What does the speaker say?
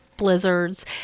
blizzards